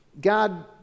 God